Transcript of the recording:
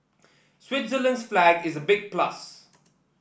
Switzerland's flag is a big plus